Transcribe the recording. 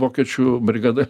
vokiečių brigada